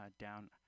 down